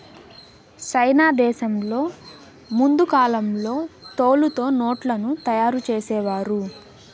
సైనా దేశంలో ముందు కాలంలో తోలుతో నోట్లను తయారు చేసేవారు